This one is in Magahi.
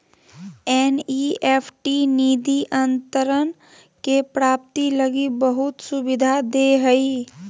एन.ई.एफ.टी निधि अंतरण के प्राप्ति लगी बहुत सुविधा दे हइ